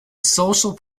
social